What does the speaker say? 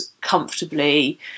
comfortably